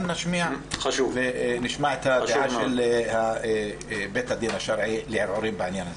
נשמע את הדעה של בית הדין השרעי לערעורים בעניין הזה.